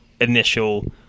initial